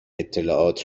اطلاعات